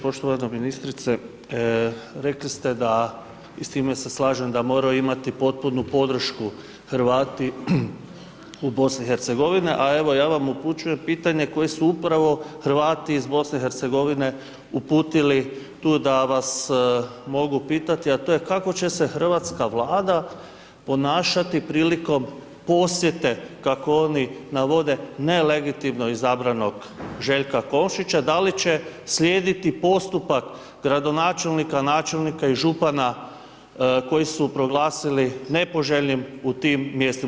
Poštovana ministrice, rekli ste, da i s time se slažem da moramo imati potpunu podršku Hrvati u BIH, a evo ja vam upućujem pitanje koje su upravo Hrvati iz BIH, uputili tu da vas mogu pitati, a to je kako će se hrvatska Vlada ponašati prilikom posjete kako oni navode nelegitimnog izabranog Željka Komšića, da li će slijediti postupak gradonačelnika, načelnika i župana koji su proglasili nepoželjnim u tim mjestima.